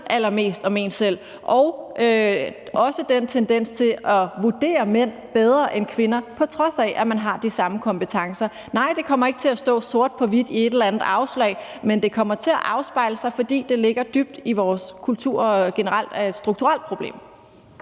allermest om en selv. Og der er også den tendens til at vurdere mænd bedre end kvinder, på trods af at man har de samme kompetencer. Nej, det kommer ikke til at stå sort på hvidt i et eller andet afslag, men det kommer til at afspejle sig, fordi det ligger dybt i vores kultur og generelt er et strukturelt problem.